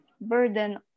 burden